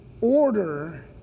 order